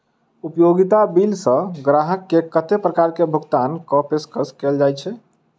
उपयोगिता बिल सऽ ग्राहक केँ कत्ते प्रकार केँ भुगतान कऽ पेशकश कैल जाय छै?